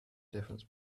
difference